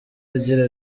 agira